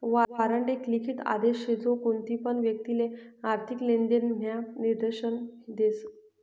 warrant एक लिखित आदेश शे जो कोणतीपण व्यक्तिले आर्थिक लेनदेण म्हा निर्देश देस